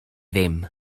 ddim